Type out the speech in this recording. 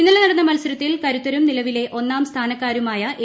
ഇന്നലെ നടന്ന മത്സരത്തിൽ കരുത്തരും നിലവിലെ ഒന്നാം സ്ഥാനക്കാരുമായ എ